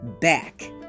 back